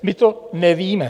My to nevíme.